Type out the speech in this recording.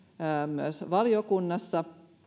myös valiokunnassa